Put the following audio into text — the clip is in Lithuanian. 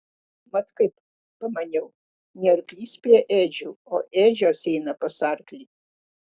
mat kaip pamaniau ne arklys prie ėdžių o ėdžios eina pas arklį